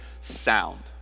sound